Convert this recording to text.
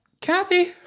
Kathy